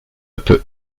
peu